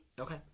Okay